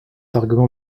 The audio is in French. argument